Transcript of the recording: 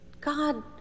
God